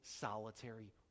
solitary